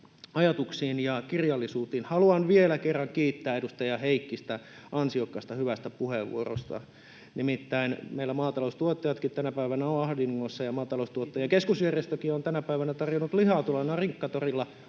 ajatuksiin ja kirjallisuuteen. Haluan vielä kerran kiittää edustaja Heikkistä ansiokkaasta, hyvästä puheenvuorosta. Nimittäin meillä maataloustuottajatkin tänä päivänä ovat ahdingossa — ja maataloustuottajien keskusjärjestökin on tänä päivänä tarjonnut lihakeittoa tuolla Narinkkatorilla